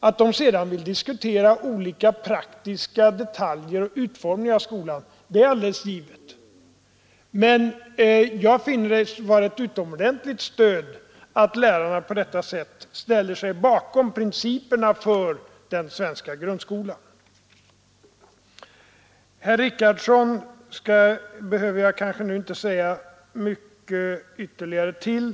Att de sedan vill diskutera olika praktiska detaljer och utformningen av skolan är alldeles givet. Men jag finner det vara ett utomordentligt stöd att lärarna på detta sätt ställer sig bakom principerna för den svenska grundskolan. Herr Richardson behöver jag nu kanske inte säga mycket ytterligare till.